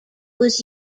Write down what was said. was